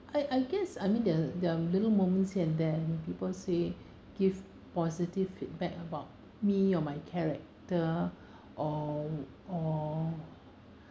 I I guess I mean there are there are little moments here and there when people say give positive feedback about me or my character or or